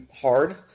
hard